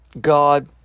God